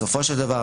בסופו של דבר,